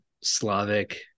slavic